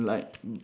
like